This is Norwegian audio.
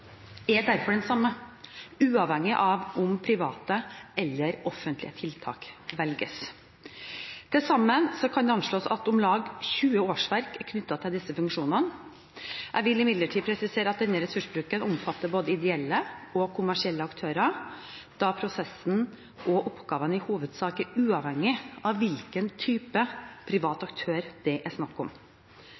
er derfor den samme, uavhengig av om private eller offentlige tiltak velges. Til sammen kan det anslås at om lag 20 årsverk er knyttet til disse funksjonene. Jeg vil imidlertid presisere at denne ressursbruken omfatter både ideelle og kommersielle aktører, da prosessen og oppgavene i hovedsak er uavhengig av hvilken type privat aktør det er snakk om.